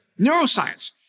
neuroscience